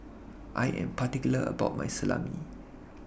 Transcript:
I Am particular about My Salami